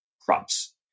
crops